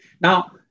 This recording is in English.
Now